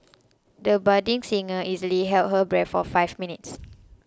the budding singer easily held her breath for five minutes